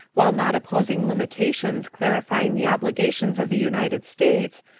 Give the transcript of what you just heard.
while not opposing limitations clarifying the obligations of the united states,